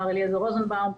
מר אליעזר רוזנבאום,